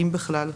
אם בכלל.